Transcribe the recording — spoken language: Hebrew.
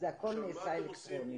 הכול נעשה אלקטרוני.